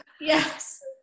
Yes